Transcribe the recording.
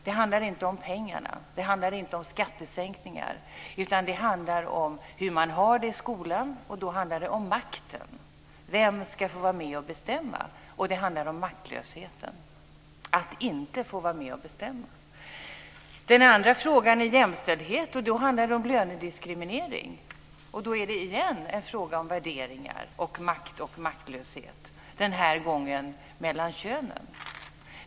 Det handlar inte om pengarna. Det handlar inte om skattesänkningar, utan det handlar om hur man har det i skolan. Då handlar det om makten. Vem ska få vara med och bestämma? Det handlar om maktlösheten och om att inte få vara med och bestämma. Den andra frågan är frågan om jämställdhet. Då handlar det om lönediskriminering. Det är återigen en fråga om värderingar och makt och maktlöshet - denna gång mellan könen.